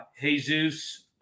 Jesus